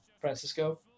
Francisco